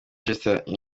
manchester